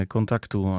Kontaktu